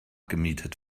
gemietet